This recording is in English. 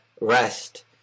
rest